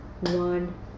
one